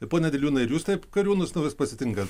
ir pone diliūnai ir jūs taip kariūnus naujus pasitinkat